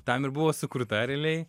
tam ir buvo sukurta realiai